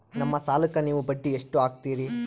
ನಮ್ಮ ಸಾಲಕ್ಕ ನೀವು ಬಡ್ಡಿ ಎಷ್ಟು ಹಾಕ್ತಿರಿ?